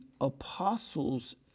apostles